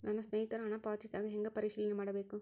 ನನ್ನ ಸ್ನೇಹಿತರು ಹಣ ಪಾವತಿಸಿದಾಗ ಹೆಂಗ ಪರಿಶೇಲನೆ ಮಾಡಬೇಕು?